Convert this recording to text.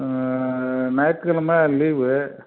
ஞாயித்துக்கெழமை leave